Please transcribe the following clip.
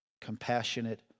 compassionate